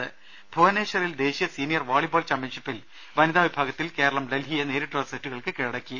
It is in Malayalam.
രുട്ട്ട്ട്ട്ട്ട്ട്ട്ട ഭുവനേശ്വറിൽ ദേശീയ സീനിയർ വോളിബോൾ ചാമ്പൃൻഷിപ്പിൽ വനിതാ വിഭാഗത്തിൽ കേരളം ഡൽഹിയെ നേരിട്ടുള്ള സെറ്റുകൾക്ക് കീഴട ക്കി